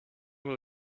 will